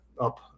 up